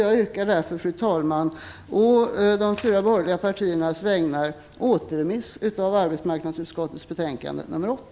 Jag yrkar därför å de fyra borgerliga partiernas vägnar återremiss av arbetsmarknadsutskottets betänkande nr 8.